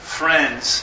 friends